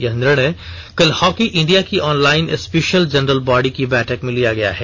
यह निर्णय कल हॉकी इंडिया की ऑनलाइन स्पेषल जनरल बॉडी की बैठक में लिया गया है